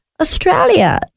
Australia